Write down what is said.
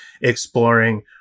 exploring